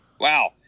Wow